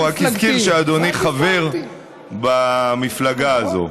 רק הזכיר שאדוני חבר במפלגה הזאת.